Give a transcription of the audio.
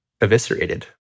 eviscerated